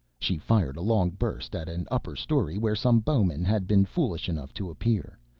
she fired a long burst at an upper story where some bowmen had been foolish enough to appear,